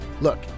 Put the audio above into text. Look